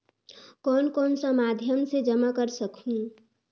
कौन कौन सा माध्यम से जमा कर सखहू?